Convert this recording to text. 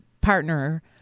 partner